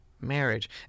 marriage